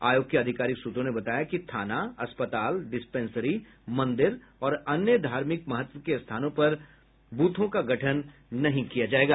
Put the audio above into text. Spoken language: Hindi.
आयोग के आधिकारिक सूत्रों ने बताया कि थाना अस्पताल डिस्पेंसरी मंदिर और अन्य धार्मिक महत्व के स्थानों पर ब्रथों का गठन नहीं किया जायेगा